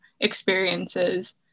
experiences